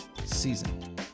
season